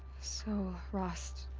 so. rost.